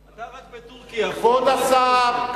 אולי רק בטורקיה, כבוד השר.